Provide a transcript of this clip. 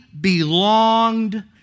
belonged